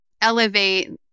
elevate